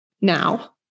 now